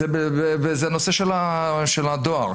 זה נושא של הדואר,